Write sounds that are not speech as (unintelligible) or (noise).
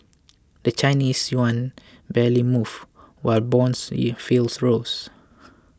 the Chinese yuan barely moved while bond yields (unintelligible) rose